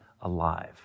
alive